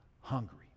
hungry